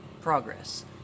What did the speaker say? progress